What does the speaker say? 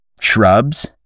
shrubs